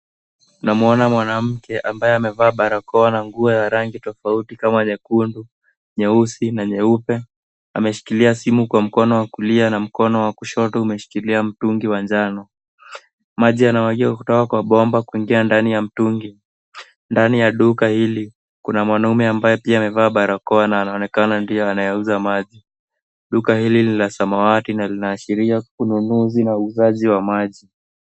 Namwona mwanamke ambaye ameevaa barakoa na nguo ya rangi tofauti kama nyekundu, nyeusi na nyeupe. Ameshikilia simu kwa mkono wa kulia na mkono wa kushoto umeshikilia mtungi wa njano. Maji yanamwagika kutoka kwa bomba kuingia ndani ya mtungi. Ndani ya duka hili kuna mwanaume ambaye pia amevaa barakoa na anaonekana ndiye anayeuza maji. Duka hili ni la samwati na linaashiria ununuzi na uuzaji wa maji.